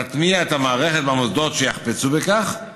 תטמיע את המערכת במוסדות שיחפצו בכך,